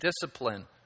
discipline